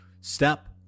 Step